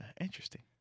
interesting